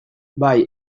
bai